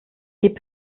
gib